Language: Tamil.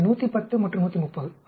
எனவே 110 மற்றும் 130